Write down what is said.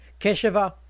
Keshava